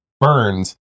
burns